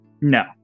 No